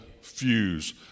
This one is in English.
fuse